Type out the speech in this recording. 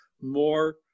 more